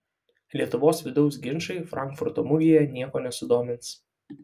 lietuvos vidaus ginčai frankfurto mugėje nieko nesudomins